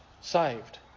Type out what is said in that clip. saved